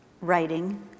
writing